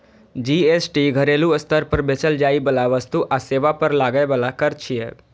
GST घरेलू स्तर पर बेचल जाइ बला वस्तु आ सेवा पर लागै बला कर छियै